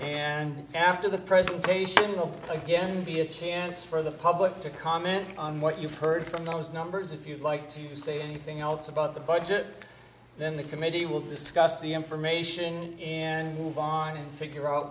and after the presentation will again be a chance for the public to comment on what you've heard from those numbers if you'd like to say anything else about the budget then the committee will discuss the information and move on to figure out